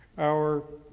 our